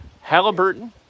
Halliburton